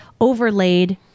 overlaid